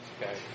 Okay